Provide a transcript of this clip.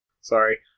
Sorry